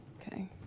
Okay